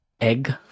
egg